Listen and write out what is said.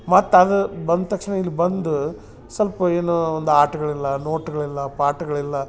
ಮತ್ತು ಅದು ಬಂದ ತಕ್ಷಣ ಇಲ್ಲಿ ಬಂದು ಸ್ವಲ್ಪ ಏನು ಒಂದು ಆಟಗಳಿಲ್ಲ ನೋಟ್ಗಳಿಲ್ಲ ಪಾಠ್ಗಳಿಲ್ಲ